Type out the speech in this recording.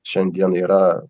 šiandien yra